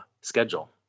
schedule